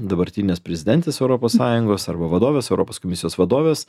dabartinės prezidentės europos sąjungos arba vadovės europos komisijos vadovės